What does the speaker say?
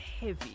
heavy